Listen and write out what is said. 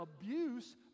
abuse